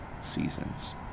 seasons